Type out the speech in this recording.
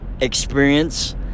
experience